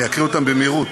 אני אקריא אותם במהירות,